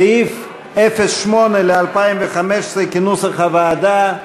סעיף 08 ל-2015 כנוסח הוועדה: